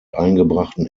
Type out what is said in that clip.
eingebrachten